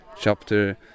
chapter